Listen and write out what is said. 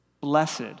Blessed